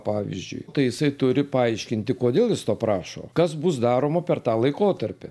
pavyzdžiui tai jisai turi paaiškinti kodėl jis to prašo kas bus daroma per tą laikotarpį